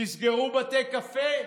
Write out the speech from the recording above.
תסגרו בתי קפה?